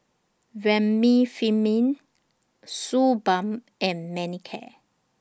Remifemin Suu Balm and Manicare